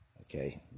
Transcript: okay